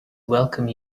welcome